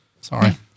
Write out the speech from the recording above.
Sorry